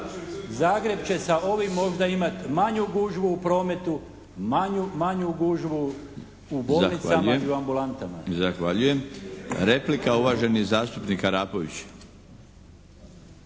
Zagreb će sa ovim možda imati manju gužvu u prometu, manju gužvu u bolnicama i ambulantama. **Milinović, Darko (HDZ)** Zahvaljujem. Replika, uvaženi zastupnik Arapović.